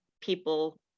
people